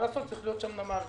צריך להיות שם נמל,